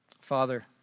Father